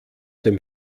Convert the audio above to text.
dem